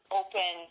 open